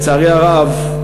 לצערי הרב,